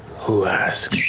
who asks?